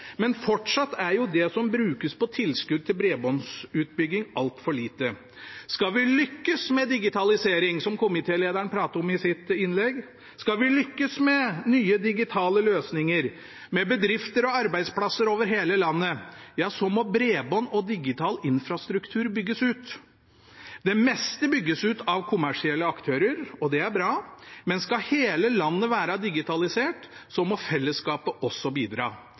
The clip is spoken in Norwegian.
men fortsatt er det som brukes på tilskudd til bredbåndsutbygging, altfor lite. Skal vi lykkes med digitalisering – som komitélederen snakket om i sitt innlegg – skal vi lykkes med nye digitale løsninger, med bedrifter og arbeidsplasser over hele landet, må bredbånd og digital infrastruktur bygges ut. Det meste bygges ut av kommersielle aktører, og det er bra, men skal hele landet være digitalisert, må fellesskapet også bidra.